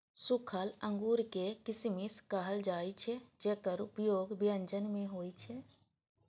सूखल अंगूर कें किशमिश कहल जाइ छै, जेकर उपयोग व्यंजन मे होइ छै